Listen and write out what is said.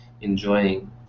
enjoying